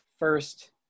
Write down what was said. First